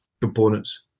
components